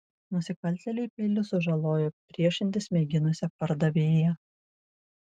nusikaltėliai peiliu sužalojo priešintis mėginusią pardavėją